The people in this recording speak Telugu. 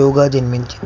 యోగా జన్మించింది